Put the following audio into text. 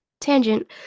tangent